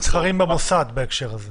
--- הם מתחרים במוסד בהקשר הזה.